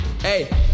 Hey